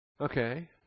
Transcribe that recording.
okay